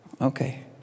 okay